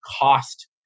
cost